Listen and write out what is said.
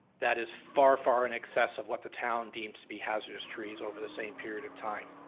that is far, far in excess of what the town deems to be hazardous trees over the same period of time.